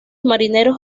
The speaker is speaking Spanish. marineros